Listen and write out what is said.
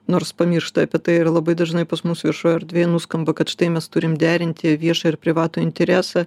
nors pamiršta apie tai ir labai dažnai pas mus viešoj erdvėj nuskamba kad štai mes turim derinti viešą ir privatų interesą